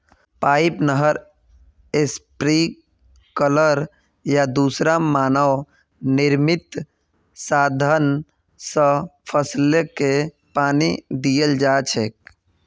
pipe, नहर, sprinkler या दूसरा मानव निर्मित साधन स फसलके पानी दियाल जा छेक